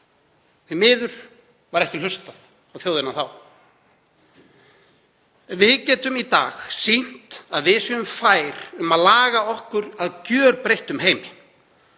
Því miður var ekki hlustað á þjóðina þá. En við getum í dag sýnt að við séum fær um að laga okkur að gjörbreyttum heimi.